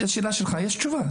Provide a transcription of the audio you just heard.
לשאלה שלך יש תשובה.